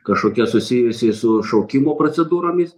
kažkokia susijusi su šaukimo procedūromis